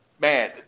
Man